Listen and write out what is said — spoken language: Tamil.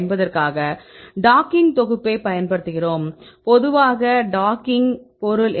இதற்காக டாக்கிங் தொகுப்பைப் பயன்படுத்துகிறோம் பொதுவாக டாக்கிங் பொருள் என்ன